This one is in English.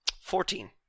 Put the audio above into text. Fourteen